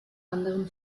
anderem